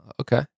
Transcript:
okay